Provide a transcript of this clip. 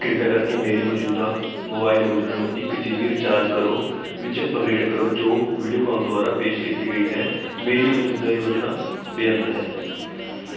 ਕਿਰਪਾ ਕਰਕੇ ਮੇਰੀ ਮੌਜੂਦਾ ਮੋਬਾਈਲ ਯੋਜਨਾ ਨੂੰ ਇੱਕ ਜੀਬੀ ਰੀਚਾਰਜ ਕਰੋ ਵਿੱਚ ਅਪਗ੍ਰੇਡ ਕਰੋ ਜੋ ਵੀਡੀਓਕਾਨ ਦੁਆਰਾ ਪੇਸ਼ ਕੀਤੀ ਗਈ ਹੈ ਮੇਰੀ ਮੌਜੂਦਾ ਯੋਜਨਾ ਬੇਅੰਤ ਹੈ